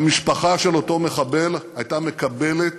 המשפחה של אותו מחבל הייתה מקבלת